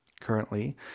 currently